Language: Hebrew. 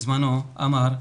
בזמנו אמר,